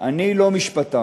אני לא משפטן.